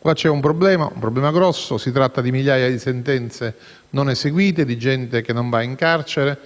Qui c'è un problema, un problema grosso: si tratta di migliaia di sentenze non eseguite, di gente che non va in carcere